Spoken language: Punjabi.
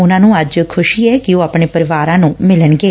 ਉਨਾਂ ਨੂੰ ਅੱਜ ਖੁਸ਼ੀ ਏ ਕਿ ਉਹ ਆਪਣੇ ਪਰਿਵਾਰ ਨੂੰ ਮਿਲਣਗੇ